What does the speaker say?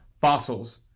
fossils